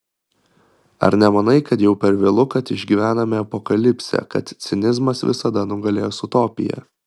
ar nemanai kad jau per vėlu kad išgyvename apokalipsę kad cinizmas visada nugalės utopiją